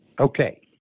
Okay